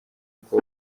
uko